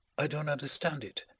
i don't understand it.